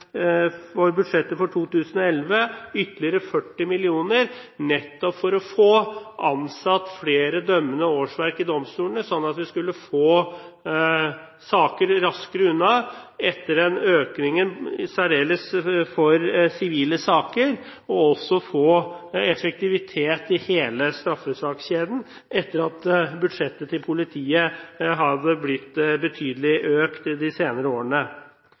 budsjettet for 2011 ytterligere 40 mill. kr nettopp for å få ansatt flere dømmende årsverk i domstolene, slik at vi skulle få saker raskere unna etter økningen i særlig sivile saker – og få effektivitet i hele straffesakskjeden etter at budsjettet til politiet hadde blitt betydelig økt de senere årene.